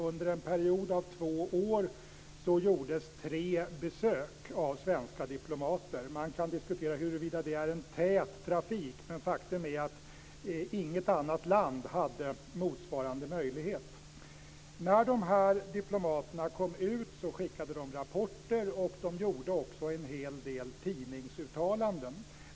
Under en period av två år gjordes tre besök av svenska diplomater. Man kan diskutera huruvida det är en tät trafik, men faktum är att inget annat land hade motsvarande möjlighet. När de här diplomaterna kom ut skickade de rapporter, och de gjorde också en hel del tidningsuttalanden.